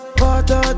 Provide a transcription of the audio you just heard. water